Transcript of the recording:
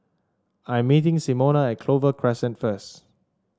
I'm meeting Simona at Clover Crescent first